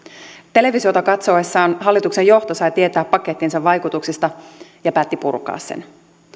televisiota katsoessaan hallituksen johto sai tietää pakettinsa vaikutuksista ja päätti purkaa sen